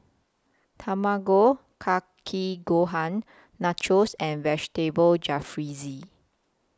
Tamago Kake Gohan Nachos and Vegetable Jalfrezi